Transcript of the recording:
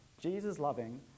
Jesus-loving